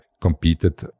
competed